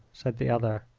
said the other.